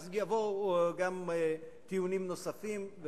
יבואו גם טיעונים נוספים,